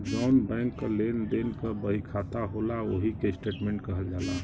जौन बैंक क लेन देन क बहिखाता होला ओही के स्टेट्मेंट कहल जाला